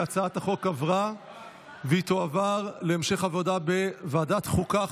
אני קובע כי הצעת החוק עברה והיא תועבר להמשך עבודה בוועדת חוקה,